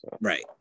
Right